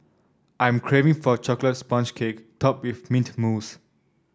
I am craving for a chocolate sponge cake topped with mint mousse